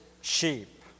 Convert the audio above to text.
sheep